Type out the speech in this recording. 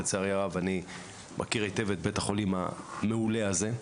לצערי הרב אני מכיר את בית החולים המעולה הזה,